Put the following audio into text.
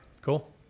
Cool